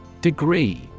Degree